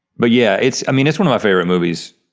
but yeah, it's, i mean it's one of my favorite movies.